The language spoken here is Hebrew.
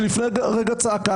שלפני רגע צעקה,